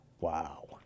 Wow